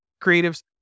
creatives